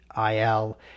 IL